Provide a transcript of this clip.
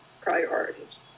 priorities